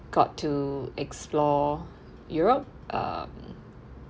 got to explore europe um